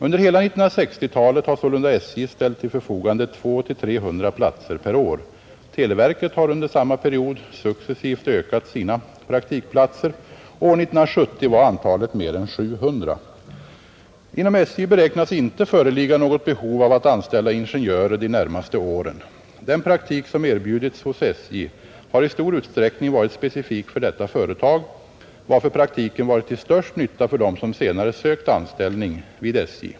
Under hela 1960-talet har sålunda SJ ställt till förfogande 200-300 platser per år. Televerket har under samma period successivt ökat sina praktikplatser, och år 1970 var antalet mer än 700. Inom SJ beräknas inte föreligga något behov av att anställa ingenjörer de närmaste åren. Den praktik, som erbjudits hos SJ, har i stor utsträckning varit specifik för detta företag, varför praktiken varit till störst nytta för dem som senare sökt anställning vid SJ.